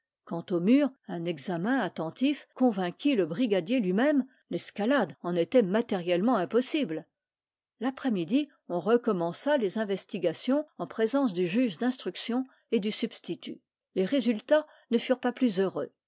quant au mur un examen attentif convainquit le brigadier lui-même l'escalade en était matériellement impossible l'après-midi on recommença les investigations en présence du juge d'instruction et du substitut les résultats ne furent pas plus heureux